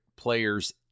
players